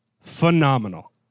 phenomenal